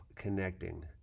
connecting